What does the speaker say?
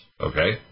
okay